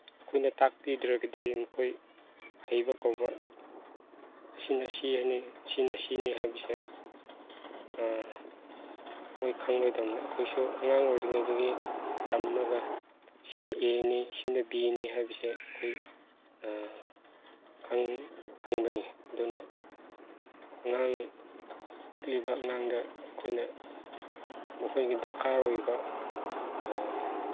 ꯑꯩꯈꯣꯏꯅ ꯇꯥꯛꯄꯤꯗ꯭ꯔꯒꯗꯤ ꯃꯈꯣꯏ ꯍꯩꯕ ꯀꯧꯕ ꯑꯁꯤꯅ ꯁꯤ ꯍꯥꯏꯅꯤ ꯑꯁꯤꯅ ꯁꯤꯅꯤ ꯍꯥꯏꯕꯁꯦ ꯃꯣꯏ ꯈꯪꯂꯣꯏꯗꯝꯅꯦ ꯑꯩꯈꯣꯏꯁꯨ ꯑꯉꯥꯡ ꯑꯣꯏꯔꯤꯉꯩꯗꯒꯤ ꯇꯝꯂꯒ ꯁꯤꯅ ꯑꯦꯅꯤ ꯁꯤꯅ ꯕꯤꯅꯤ ꯍꯥꯏꯕꯁꯦ ꯑꯩꯈꯣꯏ ꯈꯪꯕꯅꯤ ꯑꯗꯨꯅ ꯑꯉꯥꯡ ꯄꯤꯛꯂꯤꯕ ꯑꯉꯥꯡꯗ ꯑꯩꯈꯣꯏꯅ ꯃꯈꯣꯏꯒꯤ ꯗꯔꯀꯥꯔ ꯑꯣꯏꯕ